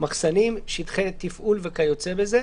מחסנים, שטחי תפעול וכיוצא בזה.